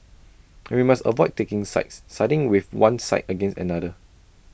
and we must avoid taking sides siding with one side against another